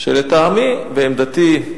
שלטעמי ועמדתי,